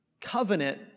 covenant